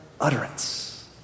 utterance